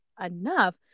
enough